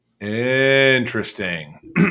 Interesting